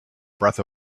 breath